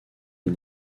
les